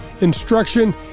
instruction